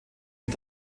mit